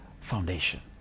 foundation